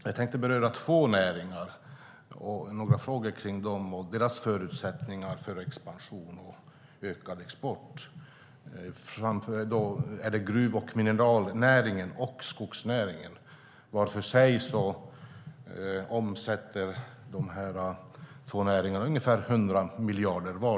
Jag tänkte beröra två näringar och några frågor kring dem och deras förutsättningar för expansion och ökad export. Framför allt är det gruv och mineralnäringen samt skogsnäringen. Var för sig omsätter de här två näringarna ungefär 100 miljarder.